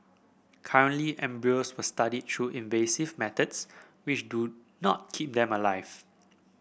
currently embryos were studied through invasive methods which do not keep them alive